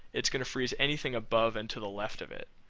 it's going to freeze anything above and to the left of it.